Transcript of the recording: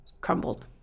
crumbled